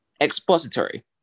expository